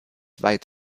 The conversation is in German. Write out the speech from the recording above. weit